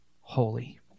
holy